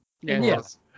Yes